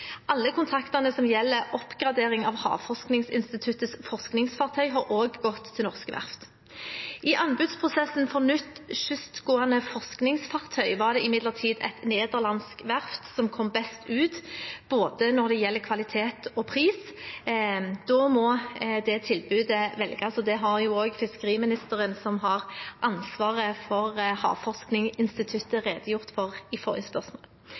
Alle kontraktene som gjelder oppgradering av Havforskningsinstituttets forskningsfartøy, har også gått til norske verft. I anbudsprosessen for nytt kystgående forskningsfartøy var det imidlertid et nederlandsk verft som kom best ut, når det gjelder både kvalitet og pris. Da må det tilbudet velges, og det har fiskeriministeren, som har ansvaret for Havforskningsinstituttet, redegjort for i forrige spørsmål.